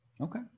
Okay